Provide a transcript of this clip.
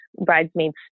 bridesmaids